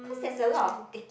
cause there's a lot ticket